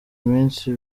iminsi